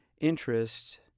interest